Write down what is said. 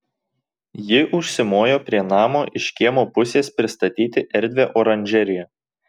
ji užsimojo prie namo iš kiemo pusės pristatyti erdvią oranžeriją